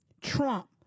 Trump